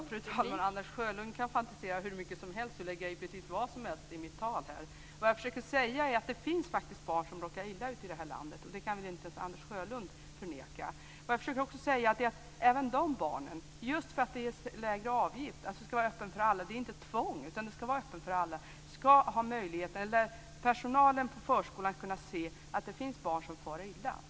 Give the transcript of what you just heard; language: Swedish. Fru talman! Anders Sjölund fantiserar hur mycket som helt och lägger in precis vad som helst i mitt tal. Vad jag försöker säga är att det faktiskt finns barn som råkar illa ut i det här landet, och det kan väl inte ens Anders Sjölund förneka. Jag försöker också säga att förskolan skall vara öppen för alla, även för dessa barn, just genom lägre avgifter. Det är ju inte fråga om tvång, men möjligheten skall finnas för alla. Personalen på förskolan skall kunna se att det finns barn som far illa.